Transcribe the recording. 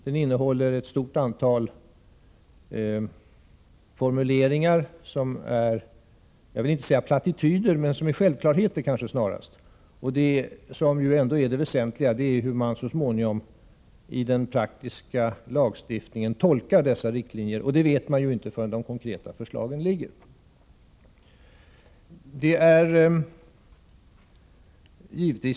Den innehåller ett stort antal formuleringar som snarast är självklarheter — jag vill inte säga plattityder. Det väsentliga är ändå hur man i den praktiska lagstiftningen så småningom tolkar riktlinjerna, och det vet vi inte förrän de konkreta förslagen föreligger.